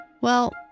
Well